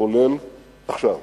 כולל עכשיו,